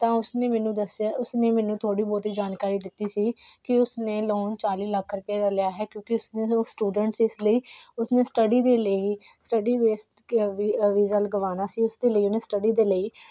ਤਾਂ ਉਸਨੇ ਮੈਨੂੰ ਦੱਸਿਆ ਉਸਨੇ ਮੈਨੂੰ ਥੋੜ੍ਹੀ ਬਹੁਤੀ ਜਾਣਕਾਰੀ ਦਿੱਤੀ ਸੀ ਕਿ ਉਸਨੇ ਲੋਨ ਚਾਲੀ ਲੱਖ ਰੁਪਏ ਦਾ ਲਿਆ ਹੈ ਕਿਉਂਕਿ ਉਸਨੇ ਜੋ ਸਟੂਡੈਂਟਸ ਇਸ ਲਈ ਉਸਨੇ ਸਟੱਡੀ ਦੇ ਲਈ ਸਟੱਡੀ ਵੇਸਟ ਵੀਜ਼ਾ ਲਗਵਾਉਣਾ ਸੀ ਉਸ ਦੇ ਲਈ ਉਹਨੇ ਸਟੱਡੀ ਦੇ ਲਈ